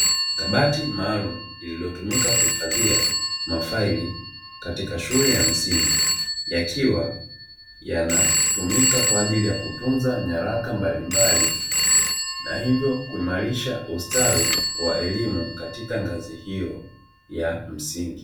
Kabati maalumu lililotumika kuhifadhia mafaili katika shule ya msingi yakiwa yanatumika kwa ajili ya kutunza nyaraka mbalimbali na hivyo kuimarisha ustawi wa elimu katika ngazi hiyo ya msingi.